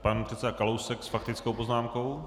Pan předseda Kalousek s faktickou poznámkou.